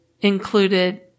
included